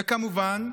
וכמובן,